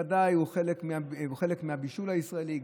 הוא חלק מהבישול הישראלי,